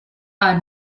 are